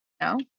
no